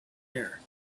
air